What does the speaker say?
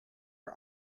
for